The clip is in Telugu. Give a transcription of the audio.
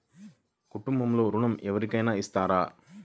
కుటుంబంలో ఋణం ఎవరికైనా ఇస్తారా?